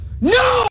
No